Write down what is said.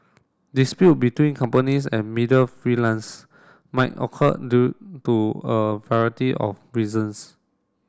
dispute between companies and media freelance might occur due to a variety of reasons